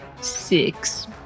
Six